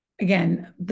again